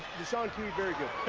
de'shawn key, very good.